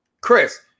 Chris